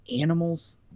animals